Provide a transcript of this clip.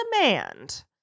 demand